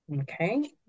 Okay